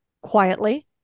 quietly